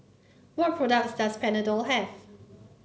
what products does Panadol have